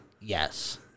Yes